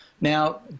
Now